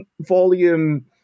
volume